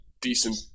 decent